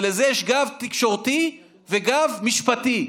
ולזה יש גב תקשורתי וגב משפטי.